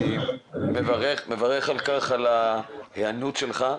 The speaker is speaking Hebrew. אני מברך על ההיענות שלך.